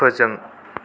फोजों